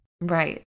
right